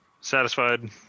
Satisfied